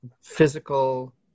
physical